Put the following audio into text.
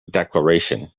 declaration